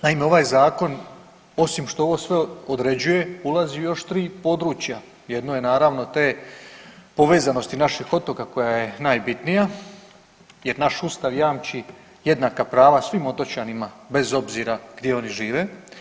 Naime, ovaj zakon osim što ovo sve određuje ulazi u još tri područja, jedno je naravno te povezanosti naših otoka koja je najbitnija jer naš Ustav jamči jednaka prava svim otočanima bez obzira gdje oni žive.